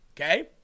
okay